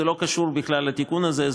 זה לא קשור בכלל לתיקון הזה,